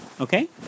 Okay